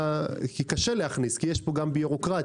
כי קשה להכניס כי יש פה גם בירוקרטיה